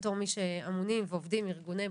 נמצאים.